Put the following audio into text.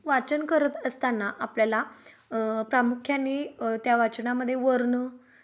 वाचन करत असताना आपल्याला प्रामुख्याने त्या वाचनामध्ये वर्णं